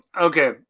okay